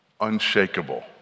unshakable